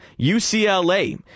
UCLA